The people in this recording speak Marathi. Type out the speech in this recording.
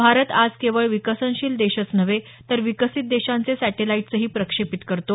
भारत आज केवळ विकसनशील देशच नव्हे तर विकसित देशांचे सॅटेलाईट्सही प्रक्षेपित करतो